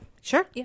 Sure